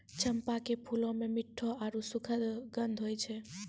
चंपा के फूलो मे मिठ्ठो आरु सुखद गंध होय छै